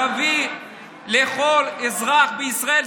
תביא לכל אזרח בישראל,